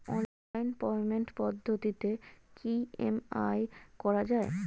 Online পেমেন্টের পদ্ধতিতে কি ই.এম.আই করা যায়?